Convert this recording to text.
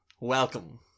Welcome